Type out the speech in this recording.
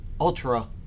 ultra